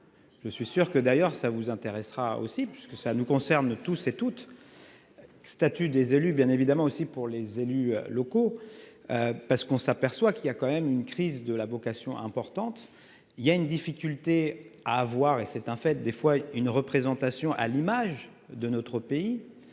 Je suis sûr que d'ailleurs ça vous intéressera aussi parce que ça nous concerne tous et toutes. Statut des élus bien évidemment aussi pour les élus locaux. Parce qu'on s'aperçoit qu'il a quand même une crise de la vocation importante. Il y a une difficulté à avoir et c'est un fait. Des fois une représentation à l'image de notre pays